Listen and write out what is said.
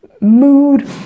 mood